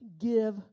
give